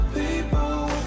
people